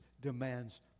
demands